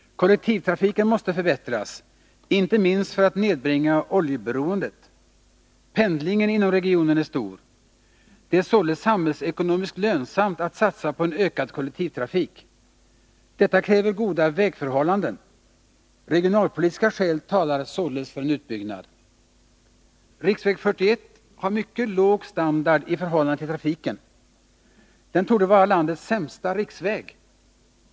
Kollektivtrafiken måste förbättras, inte minst för att oljeberoendet skall kunna nedbringas. Pendlingen inom regionen är stor. Det är således samhällsekonomiskt lönsamt att satsa på ökad kollektivtrafik. Detta kräver goda vägförhållanden. Regionalpolitiska skäl talar således för en utbyggnad. Riksväg 41 har mycket låg standard med tanke på trafikintensiteten. Den torde vara landets sämsta riksväg.